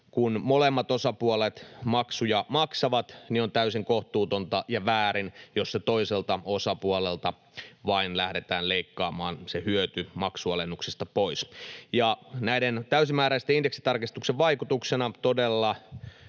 kun molemmat osapuolet maksuja maksavat, niin on täysin kohtuutonta ja väärin, jos vain toiselta osapuolelta lähdetään leikkaamaan se hyöty maksualennuksista pois. Näiden täysimääräisten indeksitarkistusten vaikutuksena